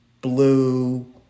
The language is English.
blue